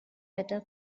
better